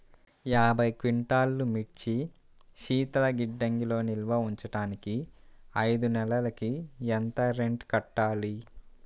యాభై క్వింటాల్లు మిర్చి శీతల గిడ్డంగిలో నిల్వ ఉంచటానికి ఐదు నెలలకి ఎంత రెంట్ కట్టాలి?